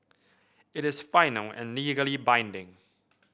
it is final and legally binding